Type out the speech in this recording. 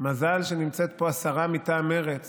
שמזל שנמצאים פה השרה מטעם מרצ